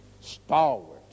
stalwart